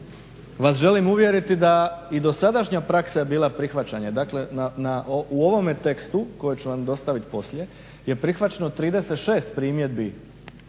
vas želim uvjeriti da i dosadašnja praksa je bila prihvaćanje, dakle u ovome tekstu koji ću vam dostaviti poslije je prihvaćeno 36 primjedbi